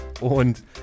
und